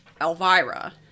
Elvira